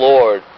Lord